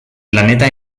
planeta